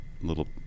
little